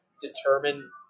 determine